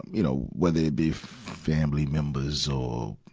you know, whether it be family members or,